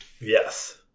Yes